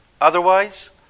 otherwise